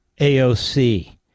AOC